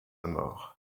mort